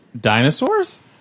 Dinosaurs